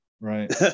Right